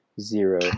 zero